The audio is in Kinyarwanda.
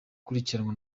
gukurikiranwa